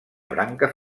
branca